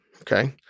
okay